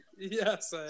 Yes